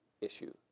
issue